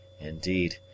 INDEED